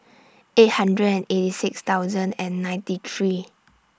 eight hundred and eighty six thousand and ninety three